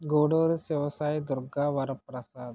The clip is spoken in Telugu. గూడూరి శివ సాయి దుర్గ వర ప్రసాద్